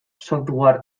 software